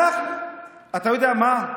אתה יודע מה?